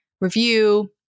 review